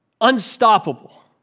Unstoppable